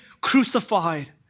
crucified